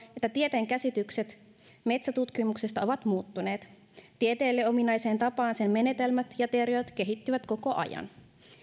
että tieteen käsitykset metsäntutkimuksesta ovat muuttuneet tieteelle ominaiseen tapaan sen menetelmät ja teoriat kehittyvät koko ajan